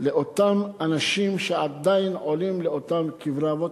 לאותם אנשים שעדיין עולים לאותם קברי אבות.